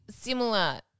similar –